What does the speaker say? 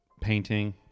painting